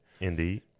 Indeed